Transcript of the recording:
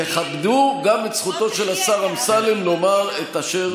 תכבדו גם את זכותו של השר אמסלם לומר את אשר הוא חושב שצריך לומר.